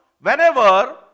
whenever